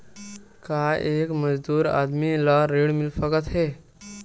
का एक मजदूर आदमी ल ऋण मिल सकथे?